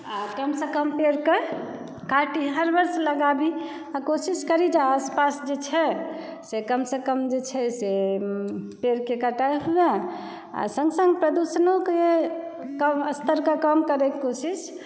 आ कमसँ कम पेड़के काटी हर वर्ष लगाबी आ कोशिश करी जे आसपास जे छै से कमसँ कम जे छै से पेड़के कटाइ हुए आ संग संग प्रदुषणो के स्तरकेँ कम करैके कोशिश